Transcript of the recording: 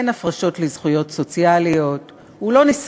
אין הפרשות לזכויות סוציאליות,